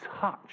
touch